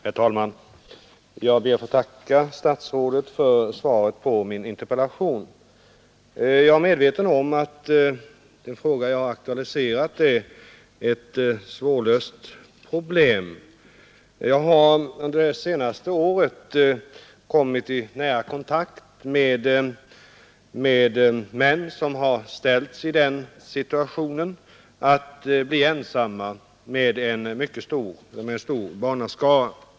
Herr talman! Jag ber att få tacka statsrådet för svaret på min interpellation. Jag är medveten om att den fråga jag aktualiserat är ett svårlöst problem. Jag har under det senaste året kommit i nära kontakt med män som har ställts i den situationen att bli ensamma med en stor barnaskara.